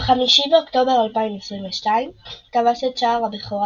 ב-5 באוקטובר 2022 כבש את שער הבכורה